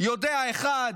יודע אחד,